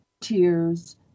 tears